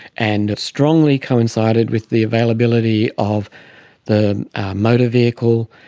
and strongly coincided with the availability of the motor vehicle,